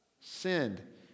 sinned